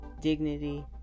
dignity